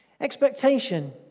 Expectation